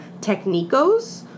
technicos